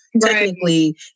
Technically